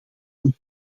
een